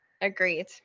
Agreed